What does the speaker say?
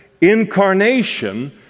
incarnation